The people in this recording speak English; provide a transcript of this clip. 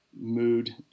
mood